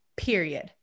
period